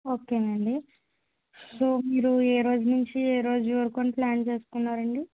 ఓకేనండి సో మీరు ఏ రోజు నుంచి ఏ రోజు వరకు అని ప్లాన్ చేసుకున్నారండి